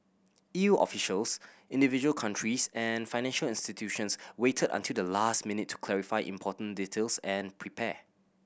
E U officials individual countries and financial institutions waited until the last minute to clarify important details and prepare